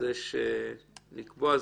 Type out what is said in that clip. לקבוע זמן,